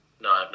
no